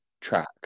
track